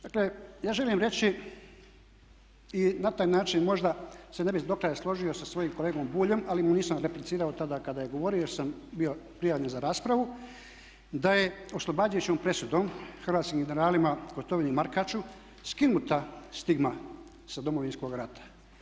Dakle, ja želim reći i na taj način možda se ne bih do kraja složio sa svojim kolegom Buljom, ali mu nisam replicirao tada kada je govorio sam bio prijavljen za raspravu, da je oslobađajućom presudom hrvatskim generalima Gotovini i Markaču skinuta stigma sa Domovinskog rata.